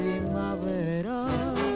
primavera